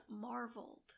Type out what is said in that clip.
marveled